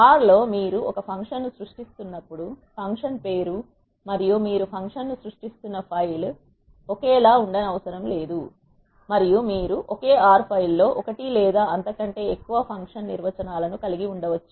are R లో మీరు ఒక ఫంక్షన్ ను సృష్టిస్తున్నప్పుడు ఫంక్షన్ పేరు మరియు మీరు ఫంక్షన్ ను సృష్టిస్తున్న ఫైల్ ఒకేలా ఉండనవసరం లేదు మరియు మీరు ఒకే ఆర్ R ఫైల్ లో ఒకటి లేదా అంతకంటే ఎక్కువ ఫంక్షన్ నిర్వచనాలను కలిగి ఉండవచ్చు